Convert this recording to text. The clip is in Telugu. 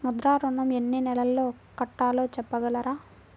ముద్ర ఋణం ఎన్ని నెలల్లో కట్టలో చెప్పగలరా?